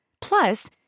Plus